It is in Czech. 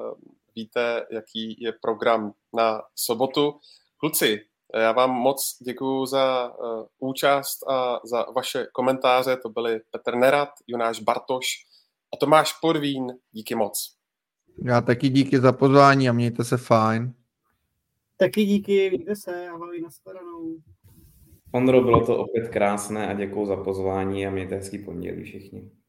víte, jaký je program na sobotu. Kluci, já vám moc děkuju za, eh, účast a za vaše komentáře. To byli Petr Nerad, Jonáš Bartoš a Tomáš Podvín. Díky moc. Já taky díky za pozvání a mějte se fajn. Taky díky, mějte se, ahoj, na shledanou. Ondro, bylo to opět krásné a děkuji za pozvání a mějte hezký pondělí všichni.